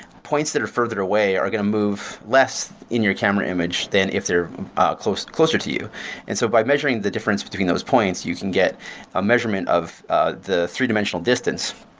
points that are further away are going to move less in your camera image than if they're closer closer to you and so by measuring the difference between those points, you can get a measurement of ah the three dimensional distance.